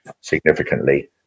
significantly